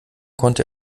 konnte